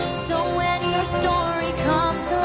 so when your story comes